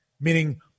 meaning